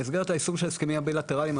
במסגרת ההסכמים הבילטרליים,